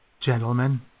gentlemen